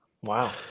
Wow